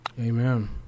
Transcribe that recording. Amen